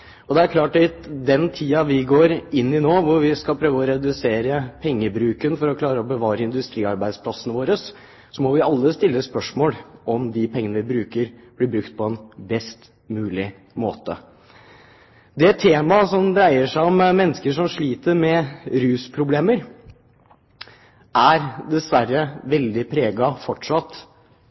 nytte. Det er klart at i den tiden vi går inn i nå, hvor vi skal prøve å redusere pengebruken for å klare å bevare industriarbeidsplassene våre, må vi alle stille spørsmål om de pengene vi bruker, blir brukt på en best mulig måte. Det temaet som dreier seg om mennesker som sliter med rusproblemer, er dessverre fortsatt veldig preget